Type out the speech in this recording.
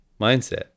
mindset